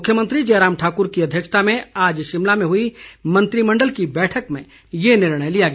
मुख्यमंत्री जयराम ठाकुर की अध्यक्षता में आज शिमला में हुई मंत्रिमंडल की बैठक में ये निर्णय लिया गया